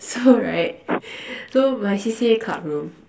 so right so my C_C_A club room